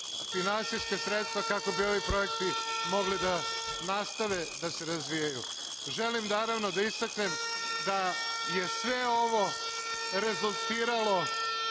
finansijska sredstva kako bi ovi projekti mogli da nastave da se razvijaju. Želim, naravno, da istaknem da je sve ovo rezultiralo